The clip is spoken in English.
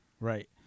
Right